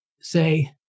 say